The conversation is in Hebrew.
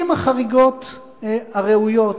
עם החריגות הראויות.